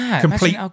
complete